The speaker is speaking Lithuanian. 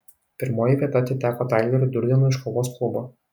pirmoji vieta atiteko taileriui durdenui iš kovos klubo